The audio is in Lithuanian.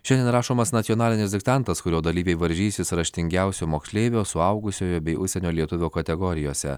šiandien rašomas nacionalinis diktantas kurio dalyviai varžysis raštingiausio moksleivio suaugusiojo bei užsienio lietuvio kategorijose